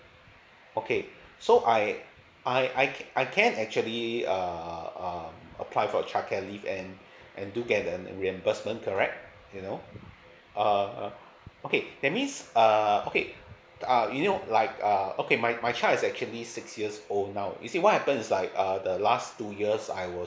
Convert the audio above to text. okay so I I I can I can actually err um apply for childcare leave and and do get a reimbursement correct you know uh okay that means err okay uh you know like err okay my my child is actually six years old now you see what happens like err the last two years I was